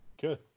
Good